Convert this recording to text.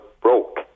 broke